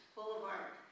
Boulevard